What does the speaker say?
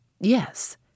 Yes